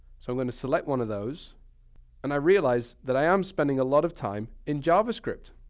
so, i'm going to select one of those and i realize that i am spending a lot of time in javascript.